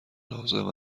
لازم